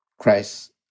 Christ